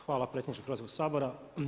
Hvala predsjedniče Hrvatskog sabora.